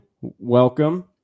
welcome